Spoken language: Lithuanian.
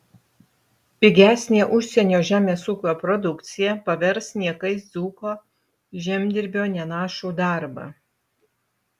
pigesnė užsienio žemės ūkio produkcija pavers niekais dzūko žemdirbio nenašų darbą